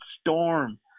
storm